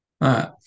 right